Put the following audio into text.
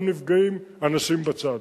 גם נפגעים אנשים בצד.